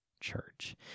church